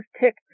tick